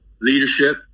Leadership